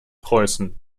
preußen